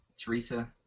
Teresa